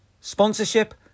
sponsorship